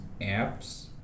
Apps